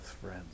friends